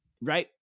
right